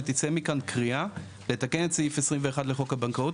שתצא מכאן קריאה לתקן את סעיף 21 לחוק הבנקאות